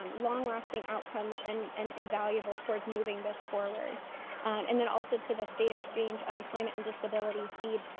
um long lasting outcomes and and invaluable towards moving this forward and then also to the state exchange on employment and disability, seed.